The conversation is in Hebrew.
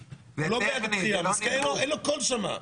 אין לו קול שם.